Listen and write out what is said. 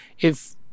if-